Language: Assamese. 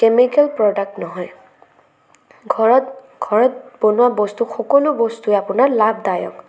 কেমিকেল প্ৰডাক্ট নহয় ঘৰত ঘৰত বনোৱা বস্তু সকলো বস্তুৱে আপোনাৰ লাভদায়ক